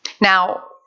Now